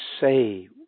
say